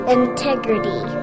integrity